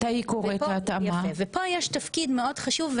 פה יש תפקיד מאוד חשוב,